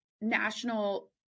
national